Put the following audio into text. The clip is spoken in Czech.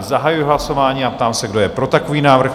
Zahajuji hlasování a ptám se, kdo je pro takový návrh?